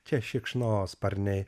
čia šikšnosparniai